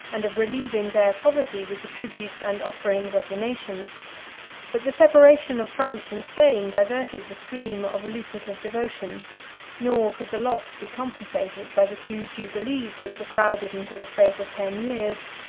and of relieving their poverty with the tributes and offerings of the nations but the separation of france and spain diverted the stream of lucrative devotion nor could the loss be compensated by the two jubilees which were crowded into the space of ten years.